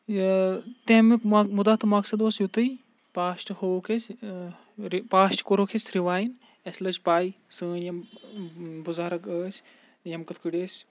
تمیُک مُدعا تہٕ مَقصَد اوس یِتُے پاسٹ ہووُکھ اَسہِ پاسٹ کوٚرُکھ اَسہِ رِوایِن اَسہِ لٔج پےَ سٲنۍ یِم بُزَرَگ ٲسۍ یِم کِتھٕ پٲٹھۍ ٲسۍ